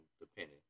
depending